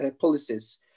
policies